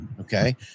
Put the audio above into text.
Okay